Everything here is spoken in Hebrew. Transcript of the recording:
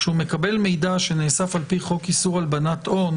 כשהוא מקבל מידע שנאסף על-פי חוק איסור הלבנת הון